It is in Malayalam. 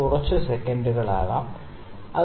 ഇത് കുറച്ച് സെക്കൻഡുകൾ ആകാം ശരി